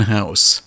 House